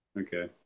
Okay